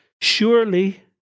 Surely